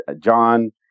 John